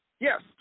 Yes